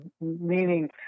Meaning